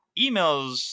emails